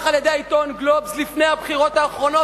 על-ידי העיתון "גלובס" לפני הבחירות האחרונות,